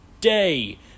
day